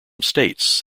states